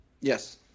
Yes